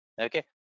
Okay